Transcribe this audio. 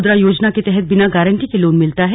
मुद्रा योजना के तहत बिना गारंटी के लोन मिलता है